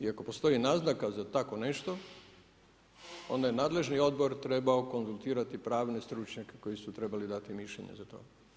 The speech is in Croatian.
I ako postoji naznaka za tako nešto onda je nadležni odbor trebao konzultirati pravne stručnjake koji su trebali dati mišljenje za to.